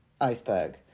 iceberg